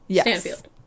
Stanfield